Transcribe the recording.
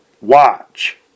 watch